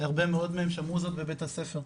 הרבה מאוד מהם שמעו זאת בבית הספר,